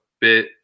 bit